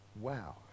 Wow